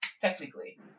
technically